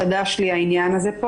הצעת חוק מבורכת, הצורך בהגנה על